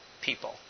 people